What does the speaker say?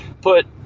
put